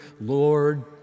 Lord